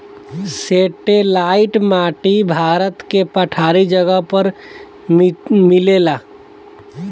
satellite माटी भारत के पठारी जगह पर मिलेला